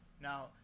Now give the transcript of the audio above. Now